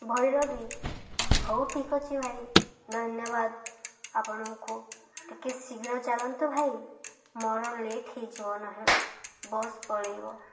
ଭୈରବୀ ହଉ ଠିକ୍ ଅଛି ଭାଇ ଧନ୍ୟବାଦ ଆପଣଙ୍କୁ ଟିକେ ଶୀଘ୍ର ଚାଲନ୍ତୁ ଭାଇ ମୋର ଲେଟ୍ ହେଇଯିବ ନହେଲେ ବସ୍ ପଳେଇବ